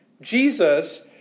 Jesus